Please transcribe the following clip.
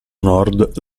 nord